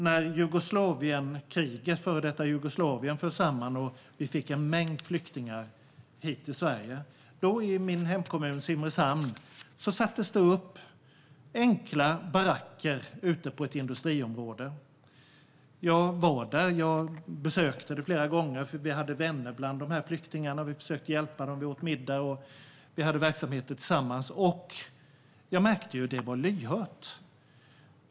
När före detta Jugoslavien föll samman och vi fick en mängd flyktingar till Sverige sattes det upp enkla baracker i ett industriområde i min hemkommun Simrishamn. Jag var på besök där flera gånger, för vi hade vänner bland flyktingarna. Vi försökte hjälpa dem, vi åt middag ihop och vi gjorde aktiviteter tillsammans. Jag märkte att det var lyhört.